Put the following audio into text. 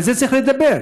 על זה צריך לדבר.